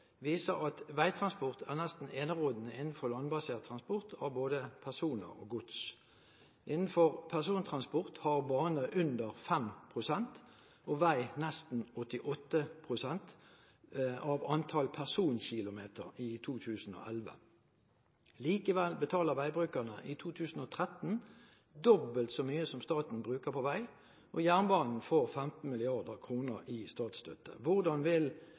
viser at veitransport er nesten enerådende innenfor landbasert transport av både personer og gods. Innenfor persontransport har bane under 5 pst. og vei nesten 88 pst. av antall personkilometer i 2011. Likevel betaler veibrukerne i 2013 dobbelt så mye som staten bruker på vei. Jernbanen får 15 mrd. kr i statsstøtte. Hvordan vil